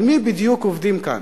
על מי בדיוק עובדים כאן?